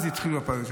אז התחילו עם הפיילוט.